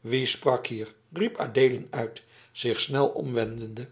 wie sprak hier riep adeelen uit zich snel omwendende